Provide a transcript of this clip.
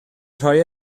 rhoi